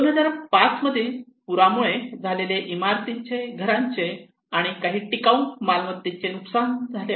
हे 2005 मधील पुरामुळे झालेले इमारतींचे घरांचे आणि काही टिकाऊ मालमत्तेचे नुकसान झालेले आहे